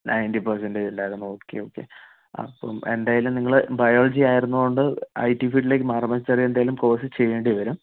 ninety percentage ഉണ്ടായിരുന്നു okay okay അപ്പൊ എന്തായാലും നിങ്ങള് ബയോളജി ആയിരുന്നത് കൊണ്ട് ഐടി ഫീൾഡിലോട്ട് മാറുമ്പോൾ ചെറിയ എന്തെങ്കിലും കോഴ്സ് ചെയ്യേണ്ടി വരും